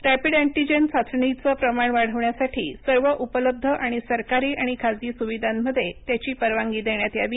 rapid antigen चाचणीचं प्रमाण वाढवण्यासाठी सर्व उपलब्ध आणि सरकारी आणि खासगी सुविधांमध्ये त्याची परवानगी देण्यात यावी